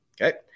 Okay